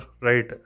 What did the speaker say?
right